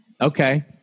Okay